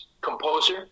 composer